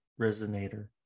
resonator